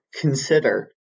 consider